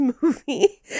movie